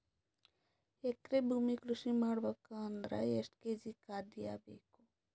ಎಕರೆ ಭೂಮಿ ಕೃಷಿ ಮಾಡಬೇಕು ಅಂದ್ರ ಎಷ್ಟ ಕೇಜಿ ಖಾದ್ಯ ಬೇಕು?